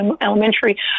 Elementary